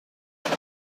کارا